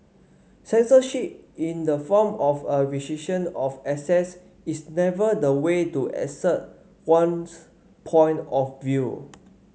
censorship in the form of a restriction of access is never the way to assert one's point of view